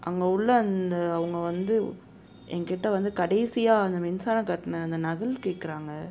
அங்கே உள்ள அந்த அவங்க வந்து எங்ககிட்ட வந்து கடைசியாக அந்த மின்சாரம் கட்டின அந்த நகல் கேட்குறாங்க